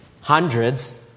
hundreds